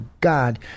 God